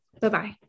Bye-bye